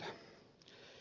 ensimmäisenä